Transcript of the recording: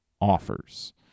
offers